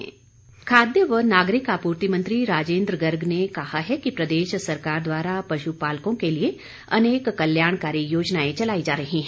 राजिन्द्र गर्ग खाद्य व नागरिक आपूर्ति मंत्री राजिन्द्र गर्ग ने कहा है कि प्रदेश सरकार द्वारा पशुपालकों के लिए अनेक कल्याणकारी योजनाएं चलाई जा रही है